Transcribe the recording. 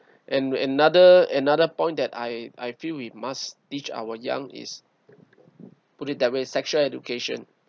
and another another point that I I feel we must teach our young is put it that way sexual education